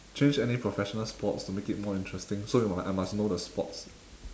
change any professional sports to make it more interesting so you I must know the sports